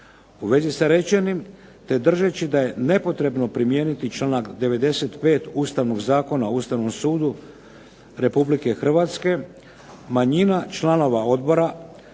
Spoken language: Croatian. U vezi sa rečenim, te držeći da je nepotrebno primijeniti članak 95. Ustavnog zakona o Ustavnom sudu Republike Hrvatske manjina članova odbora